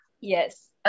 Yes